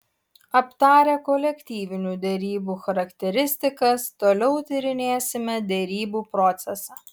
aptarę kolektyvinių derybų charakteristikas toliau tyrinėsime derybų procesą